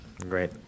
Great